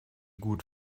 gut